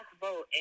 vote